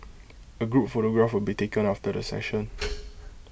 A group photograph will be taken after the session